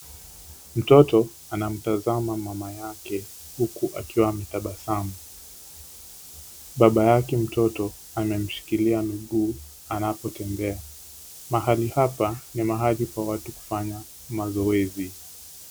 Mtoto anamtazama mama yake, huku akiwa ametabasamu. Baba yake mtoto amemshikilia miguu, anapotembea. Mahali hapa ni mahali pa watu kufanya mazoezi.